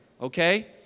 okay